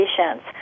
patients